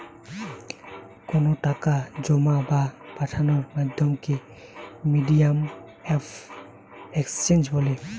কোনো টাকা জোমা বা পাঠানোর মাধ্যমকে মিডিয়াম অফ এক্সচেঞ্জ বলে